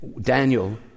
Daniel